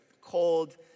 cold